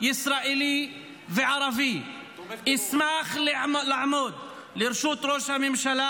ישראלי וערבי אשמח לעמוד לרשות ראש הממשלה